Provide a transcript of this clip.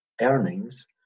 earnings